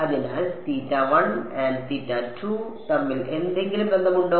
അതിനാൽ തമ്മിൽ എന്തെങ്കിലും ബന്ധമുണ്ടോ